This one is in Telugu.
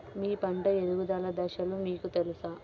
మీ పంట ఎదుగుదల దశలు మీకు తెలుసా?